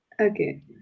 Okay